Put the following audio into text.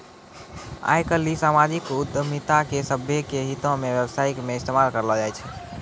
आइ काल्हि समाजिक उद्यमिता के सभ्भे के हितो के व्यवस्था मे इस्तेमाल करलो जाय छै